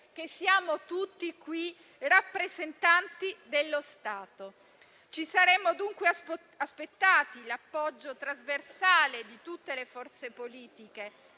qui siamo tutti rappresentanti dello Stato. Ci saremmo dunque aspettati l'appoggio trasversale di tutte le forze politiche,